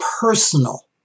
personal